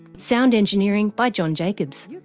sound engineering by john jacobs.